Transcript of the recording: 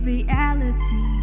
reality